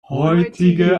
heutige